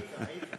היית, היית.